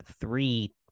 three